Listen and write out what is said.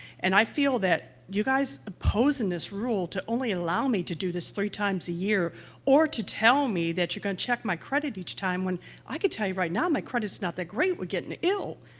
and i feel that you guys opposing this rule to only allow me to do this three times a year or to tell me that you're going to check my credit each time, when i could tell you right now, my credit's not that great with getting ill.